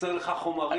חסר לך חומרים?